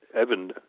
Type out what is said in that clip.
Evan